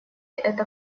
это